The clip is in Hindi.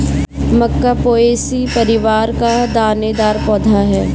मक्का पोएसी परिवार का दानेदार पौधा है